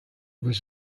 was